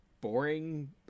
boring